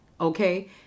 okay